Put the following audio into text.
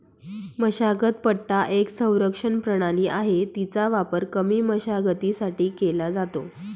मशागत पट्टा एक संरक्षण प्रणाली आहे, तिचा वापर कमी मशागतीसाठी केला जातो